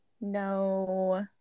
no